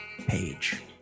page